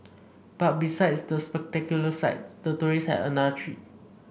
but besides the spectacular sight the tourists had another treat